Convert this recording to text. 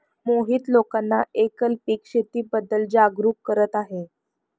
मोहित लोकांना एकल पीक शेतीबद्दल जागरूक करत आहे